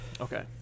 Okay